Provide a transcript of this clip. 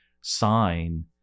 sign